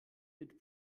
mit